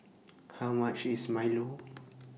How much IS Milo